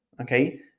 okay